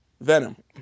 Venom